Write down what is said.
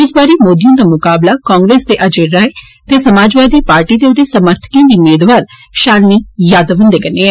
इस बारी मोदी हुन्दा मुकाबला कांग्रेस दे अज्य राय ते समाजपार्टी ते औदे समर्थकें दी मेदवार शलनी यादव हुन्दे कन्नै ऐ